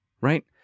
Right